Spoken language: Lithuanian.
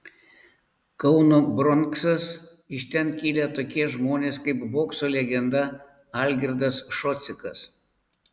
kauno bronksas iš ten kilę tokie žmonės kaip bokso legenda algirdas šocikas